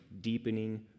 deepening